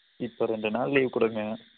இப்போ ரெண்டு நாள் லீவு கொடுங்க